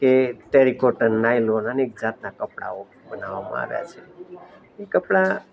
કે ટેલિકોટન નાયલોન અનેક જાતના કપડાઓ બનાવવામાં આવ્યા છે એ કપડાં